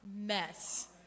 mess